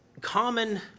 common